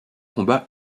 combats